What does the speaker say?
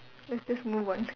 let's just move on to